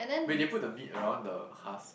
wait they put the meat around the husk